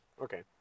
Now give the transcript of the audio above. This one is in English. Okay